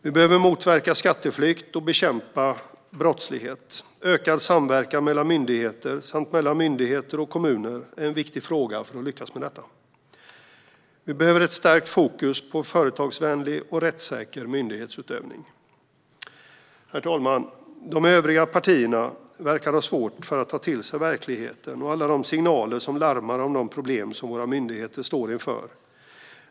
Vi behöver motverka skatteflykt och bekämpa brottslighet. Ökad samverkan mellan myndigheter samt mellan myndigheter och kommuner är en viktig fråga för att lyckas med detta. Vi behöver ett stärkt fokus på företagsvänlig och rättssäker myndighetsutövning. Herr talman! De övriga partierna verkar ha svårt att ta till sig verkligheten och alla de signaler som larmar om de problem som våra myndigheter står inför.